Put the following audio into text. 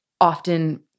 often